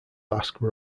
basque